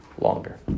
longer